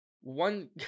one